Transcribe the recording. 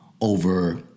over